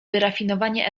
wyrafinowanie